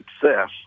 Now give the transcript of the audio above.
success